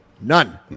None